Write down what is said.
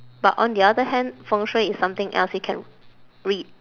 but on the other hand 风水 is something else you can read